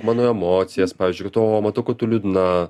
mano emocijas pavyzdžiui kad o matau kad tu liūdna